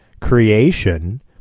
creation